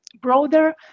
broader